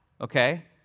okay